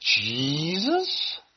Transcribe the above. Jesus